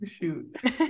shoot